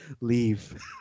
leave